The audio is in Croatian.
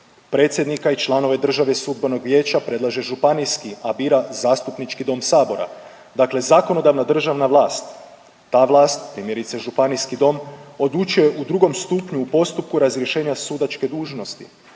Predsjednika i članove države sudbenog vijeća predlaže Županijski, a bira Zastupnički dom sabora, dakle zakonodavna državna vlast. Ta vlast primjerice Županijski dom odlučuje u drugom stupnju u postupku razrješenja sudačke dužnosti.